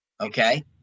okay